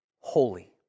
holy